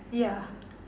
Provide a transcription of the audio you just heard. yeah